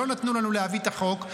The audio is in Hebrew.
ולא נתנו לנו להביא את החוק.